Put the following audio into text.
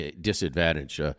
disadvantage